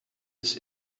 his